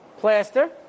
plaster